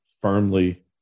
firmly